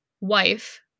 wife